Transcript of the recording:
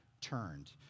turned